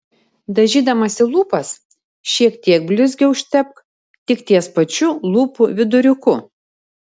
dažydamasi lūpas šiek tiek blizgio užtepk tik ties pačiu lūpų viduriuku